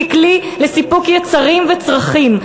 ככלי לסיפוק יצרים וצרכים.